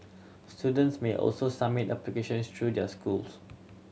students may also submit application through their schools